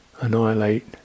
annihilate